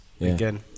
Again